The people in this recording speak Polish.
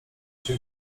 się